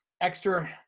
extra